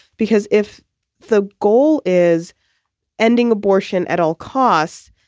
because if the goal is ending abortion at all costs,